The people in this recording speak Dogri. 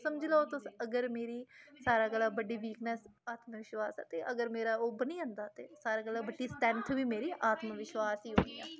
समझी लैओ तुस अगर मेरी सारें कोला बड्डी वीकनेस आत्मविश्वास ऐ ते अगर मेरा ओह् बनी जंदा ते सारें कोला बड्डी स्ट्रेंथ बी मेरी आत्मविश्वास ई होनी ऐ